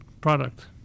product